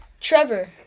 Trevor